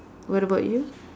what about you